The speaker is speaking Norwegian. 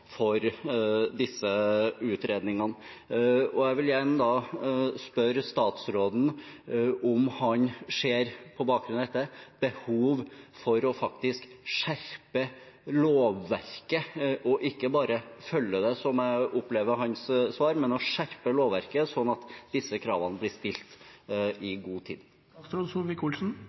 for disse utredningene. Jeg vil gjerne spørre statsråden om han på bakgrunn av dette ser behov for faktisk å skjerpe lovverket – og ikke bare følge det, slik jeg opplever av hans svar – men skjerpe det, slik at disse kravene blir stilt i god tid.